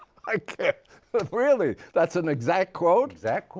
ah really? that's an exact quote? that's